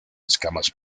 escamas